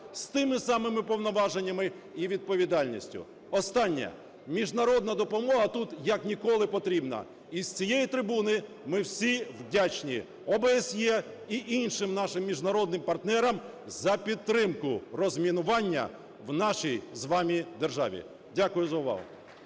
з тими самими повноваженнями і відповідальністю. Останнє. Міжнародна допомога тут, як ніколи, потрібна. І з цієї трибуни ми всі вдячні ОБСЄ і іншим нашим міжнародним партнерам за підтримку розмінування в нашій з вами державі. Дякую за увагу.